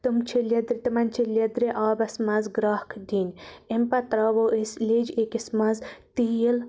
تِم چھِ لیٚدٕر تِمَن چھِ لیٚدرِ آبَس مَنٛز گرٛیکھ دِنۍ امہِ پَتہٕ ترٛاوو أسۍ لیٚج أکِس مَنٛز تیٖل